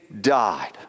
died